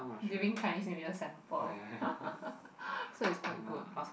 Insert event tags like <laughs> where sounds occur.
during Chinese New Year sample <laughs> so it's quite good